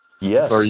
Yes